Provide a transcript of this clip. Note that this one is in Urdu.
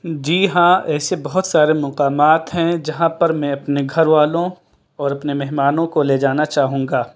جی ہاں ایسے بہت سارے مقامات ہیں جہاں پر میں اپنے گھر والوں اور اپنے مہمانوں کو لے جانا چاہوں گا